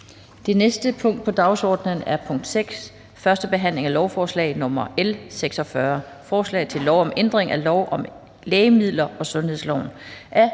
Det næste punkt på dagsordenen er: 7) 1. behandling af lovforslag nr. L 42: Forslag til lov om ændring af lov om hold af dyr, dyrevelfærdsloven,